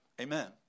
Amen